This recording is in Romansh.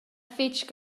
fetg